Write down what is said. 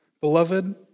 Beloved